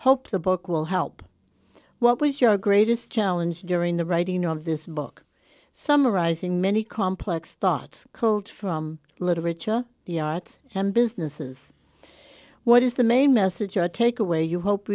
hope the book will help what was your greatest challenge during the writing of this book summarizing many complex thoughts cold from literature the arts and businesses what is the main message i take away you hope